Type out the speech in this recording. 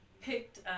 picked